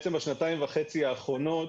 בשנתיים וחצי האחרונות